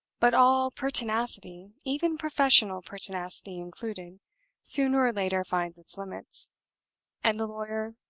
but all pertinacity even professional pertinacity included sooner or later finds its limits and the lawyer,